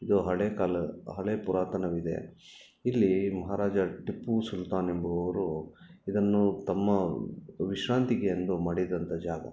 ಇದು ಹಳೆ ಕಾಲ ಹಳೆ ಪುರಾತನವಿದೆ ಇಲ್ಲಿ ಮಹಾರಾಜ ಟಿಪ್ಪು ಸುಲ್ತಾನ ಎಂಬುವವರು ಇದನ್ನು ತಮ್ಮ ವಿಶ್ರಾಂತಿಗೆ ಅಂದು ಮಾಡಿದಂಥ ಜಾಗ